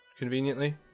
Conveniently